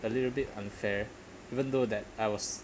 a little bit unfair even though that I was